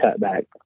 cutback